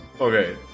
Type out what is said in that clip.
Okay